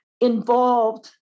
involved